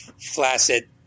flaccid